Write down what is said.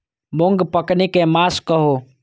मूँग पकनी के मास कहू?